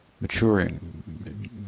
maturing